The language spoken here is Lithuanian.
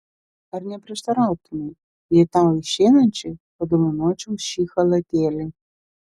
ar neprieštarautumei jei tau išeinančiai padovanočiau šį chalatėlį